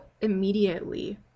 immediately